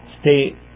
stay